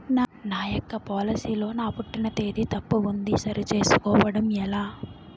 నా యెక్క పోలసీ లో నా పుట్టిన తేదీ తప్పు ఉంది సరి చేసుకోవడం ఎలా?